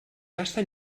gasta